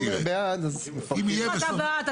אם יהיה בעד,